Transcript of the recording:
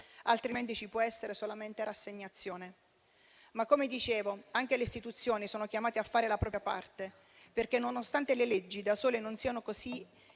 Altrimenti, ci può essere solamente rassegnazione. Ma come dicevo, anche le istituzioni sono chiamate a fare la propria parte, perché, nonostante le leggi da sole - com'è